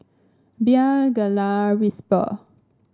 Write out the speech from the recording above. Bia Gelare Whisper